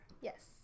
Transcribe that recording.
Yes